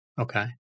Okay